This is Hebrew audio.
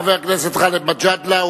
חבר הכנסת גאלב מג'אדלה,